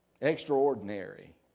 Extraordinary